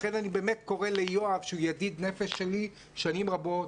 לכן אני באמת קורא ליואב שהוא ידיד נפש שלי שנים רבות,